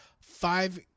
Five